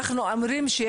אנחנו לא יודעים.